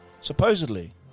Supposedly